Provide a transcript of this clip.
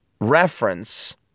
reference